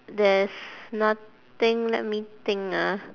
there's nothing let me think ah